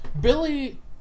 Billy